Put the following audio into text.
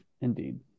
Indeed